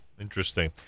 Interesting